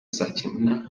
izakina